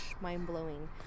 mind-blowing